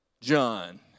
John